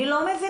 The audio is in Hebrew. אני לא מבינה.